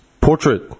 portrait